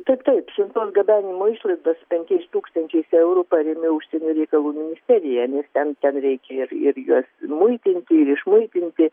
taip taip siuntos gabenimo išlaidas penkiais tūkstančiais eurų parėmė užsienio reikalų ministerija nes ten ten reikia ir ir juos muitinti išmuitinti